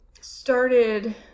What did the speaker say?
started